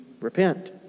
repent